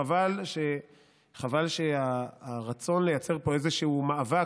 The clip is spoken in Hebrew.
חבל שהרצון לייצר פה איזה מאבק,